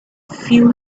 few